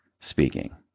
speaking